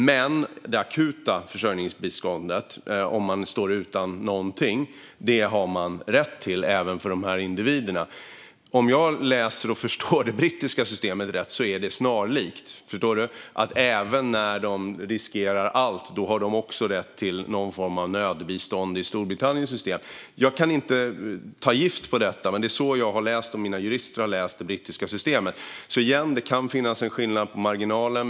Men det akuta försörjningsbiståndet, om man står utan någonting, har man rätt till. Det gäller även dessa individer. Om jag läser och förstår det brittiska systemet rätt är det snarlikt. Det innebär att även om man riskerar allt har man rätt till någon form av nödbistånd i Storbritanniens system. Jag kan inte ta gift på detta, men det är så jag och mina jurister har förstått det när vi har läst om det brittiska systemet. Jag säger därför igen att det kan finnas en skillnad på marginalen.